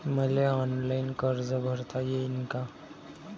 मले ऑनलाईन कर्ज भरता येईन का?